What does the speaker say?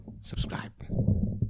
subscribe